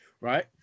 Right